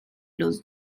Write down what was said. los